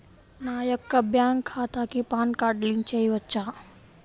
నా యొక్క బ్యాంక్ ఖాతాకి పాన్ కార్డ్ లింక్ చేయవచ్చా?